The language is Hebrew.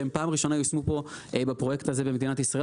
שפעם ראשונה יושמו פה בפרויקט הזה במדינת ישראל.